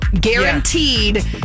Guaranteed